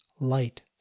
Light